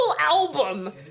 album